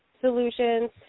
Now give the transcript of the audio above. solutions